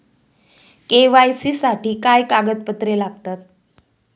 KYC साठी काय कागदपत्रे लागतात?